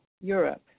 Europe